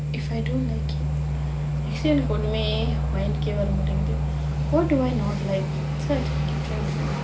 if I don't like it actually எனக்கு ஒண்ணுமே:enakku onnumae mind வர மாட்டிங்குது:vara maattinkuthu what do I don't like